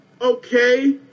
Okay